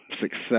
success